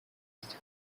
used